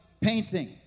painting